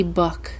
book